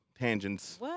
tangents